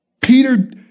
Peter